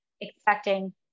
expecting